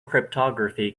cryptography